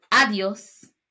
adios